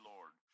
Lord